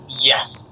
Yes